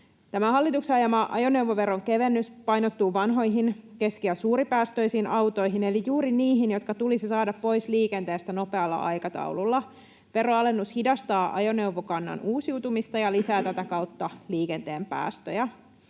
hallituksen ajama ajoneuvoveron kevennys painottuu vanhoihin keski- ja suuripäästöisiin autoihin eli juuri niihin, jotka tulisi saada pois liikenteestä nopealla aikataululla. Veroalennus hidastaa ajoneuvokannan uusiutumista ja lisää tätä kautta liikenteen päästöjä.